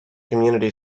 community